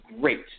great